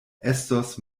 estos